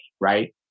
right